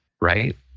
right